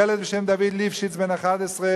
ילד בשם דוד ליפשיץ, בן 11,